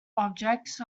objects